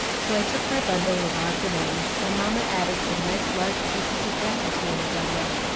so i took my bundle of odds and ends, and mamma added some nice large pieces of dresses we had done with,